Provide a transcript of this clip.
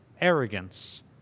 arrogance